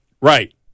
Right